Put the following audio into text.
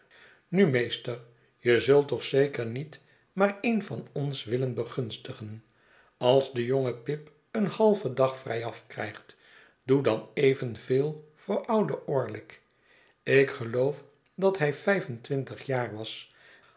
nu meester je zult toch zeker niet maar een van ons willen begunstigen als de jonge pip een halven dag vrijaf krijgt doe dan evenveel voor ouden orlick ik geloof dat hij vijf en twintig jaar was